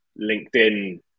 linkedin